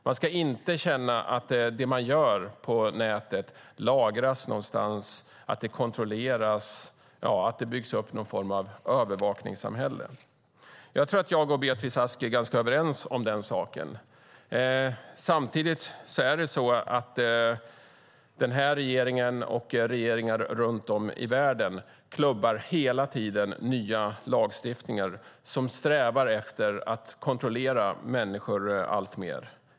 Man ska inte känna att det man gör på nätet lagras någonstans, att det kontrolleras och att det byggs upp någon form av övervakningssamhälle. Jag tror att jag och Beatrice Ask är ganska överens om den saken. Samtidigt klubbar den här regeringen och regeringar runt om i världen hela tiden nya lagar som strävar efter att kontrollera människor alltmer.